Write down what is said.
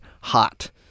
hot